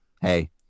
hey